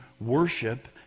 worship